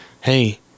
hey